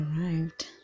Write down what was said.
arrived